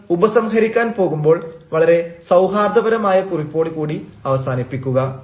നിങ്ങൾ ഉപസംഹരിക്കാൻ പോകുമ്പോൾ വളരെ സൌഹാർദ്ദപരമായ കുറിപ്പോട് കൂടി അവസാനിപ്പിക്കുക